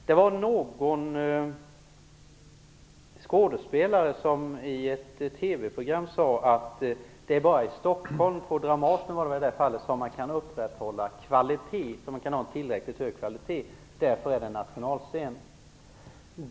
Det var någon skådespelare som i ett TV-program sade att det bara är på Dramaten i Stockholm som man kan hålla en tillräckligt hög kvalitet och att Dramaten därför är en nationalscen.